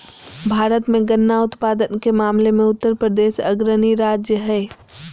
भारत मे गन्ना उत्पादन के मामले मे उत्तरप्रदेश अग्रणी राज्य हय